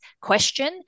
question